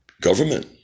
government